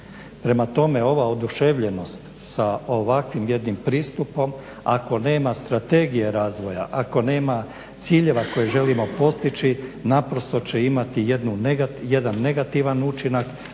Prema tome, ova oduševljenost sa ovakvim jednim pristupom ako nema strategije razvoja, ako nema ciljeva koje želimo postići naprosto će imati jedan negativan učinak